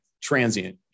transient